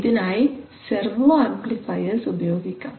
ഇതിനായി servo amplifiers ഉപയോഗിക്കാം